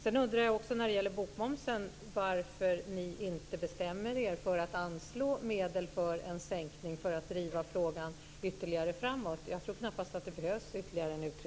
Sedan undrar jag när det gäller bokmomsen varför ni moderater inte bestämmer er för att anslå medel för en sänkning för att driva frågan ytterligare framåt. Jag tror knappast att det behövs ytterligare en utredning.